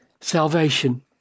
salvation